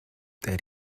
that